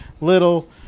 little